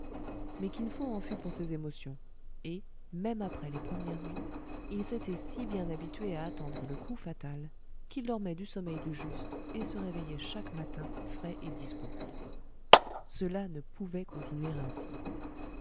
mais kin fo en fut pour ses émotions et même après les premières nuits il s'était si bien habitué à attendre le coup fatal qu'il dormait du sommeil du juste et se réveillait chaque matin frais et dispos cela ne pouvait continuer ainsi